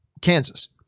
Kansas